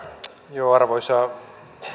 arvoisa